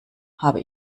habe